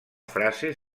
frase